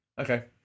Okay